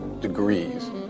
degrees